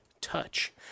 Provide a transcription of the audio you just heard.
touch